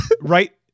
Right